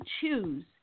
choose